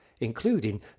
including